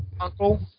uncle